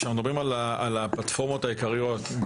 כשמדברים על הפלטפורמות העיקריות,